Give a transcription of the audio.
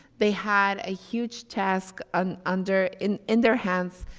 they had a huge task um under, in in their hands,